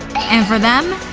and for them,